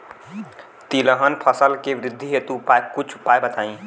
तिलहन फसल के वृद्धि हेतु कुछ उपाय बताई?